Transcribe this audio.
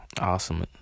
Awesome